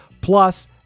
plus